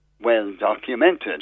well-documented